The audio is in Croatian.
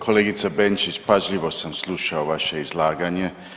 Kolegice Benčić, pažljivo sam slušao vaše izlaganje.